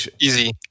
Easy